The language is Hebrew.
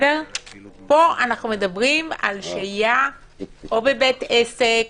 פה אנו מדברים על שהייה או בבית עסק